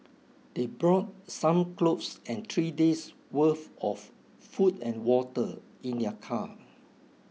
they brought some clothes and three days'worth of food and water in their car